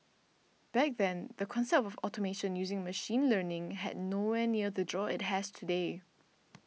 back then the concept of automation using machine learning had nowhere near the draw it has today